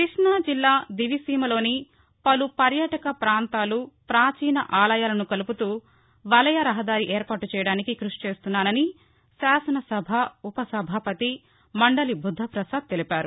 క్బష్టాజిల్లా దివిసీమలోని పలు పర్యాటక పాంతాలు పాచీన ఆలయాలను కలుపుతూ వలయ రహదారి ఏర్పాటు చేయడానికి కృషి చేస్తానని శాసన సభ ఉప సభాపతి మండలి బుద్గపసాద్ తెలిపారు